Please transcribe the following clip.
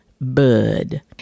Bud